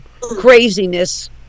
craziness